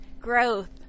Growth